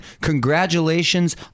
congratulations